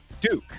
Duke